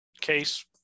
case